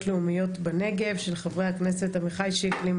לאומיות בנגב של חברי הכנסת עמיחי שיקלי,